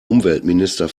umweltminister